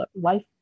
life